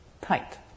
tight